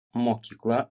mokykla